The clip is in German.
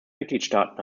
mitgliedstaaten